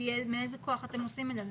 מאיזה כוח אתם עושים את זה?